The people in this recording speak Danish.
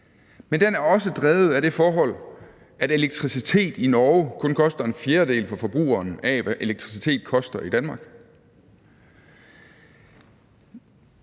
men den er også drevet af det forhold, at elektricitet i Norge kun koster en fjerdedel for forbrugeren af, hvad elektricitet koster i Danmark.